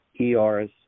ERs